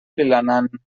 vilanant